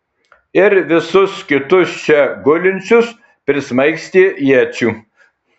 ir visus kitus čia gulinčius prismaigstė iečių